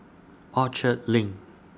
Orchard LINK